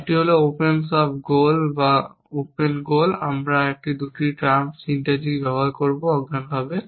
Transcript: একটি হল opens of গোল বা ওপেন গোল আমরা একটি 2 টার্ম সিন্থেটিক ব্যবহার করব অজ্ঞানভাবে